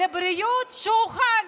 לבריאות, שיאכל.